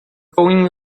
going